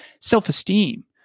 Self-esteem